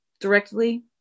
directly